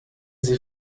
sie